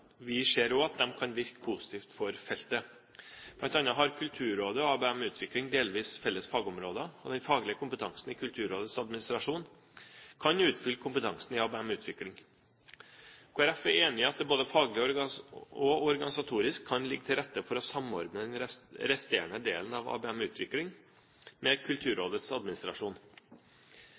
Vi ser også at de kan virke positivt for feltet. Blant annet har Kulturrådet og ABM-utvikling delvis felles fagområder, og den faglige kompetansen i Kulturrådets administrasjon kan utfylle kompetansen i ABM-utvikling. Kristelig Folkeparti er enig i at det både faglig og organisatorisk kan ligge til rette for å samordne den resterende delen av ABM-utvikling med Kulturrådets administrasjon.